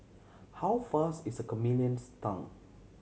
how fast is a chameleon's tongue